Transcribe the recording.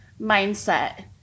mindset